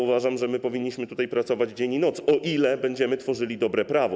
Uważam, że powinniśmy tutaj pracować dzień i noc, o ile będziemy tworzyli dobre prawo.